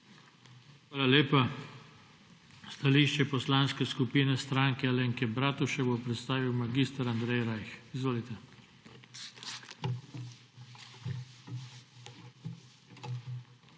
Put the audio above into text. Hvala lepa. Stališče Poslanske skupine Stranke Alenke Bratušek bo predstavil mag. Andrej Rajh. Izvolite. **MAG.